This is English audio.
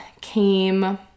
came